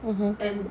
mmhmm